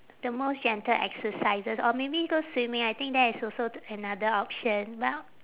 the most gentle exercises or maybe go swimming I think that is also another option but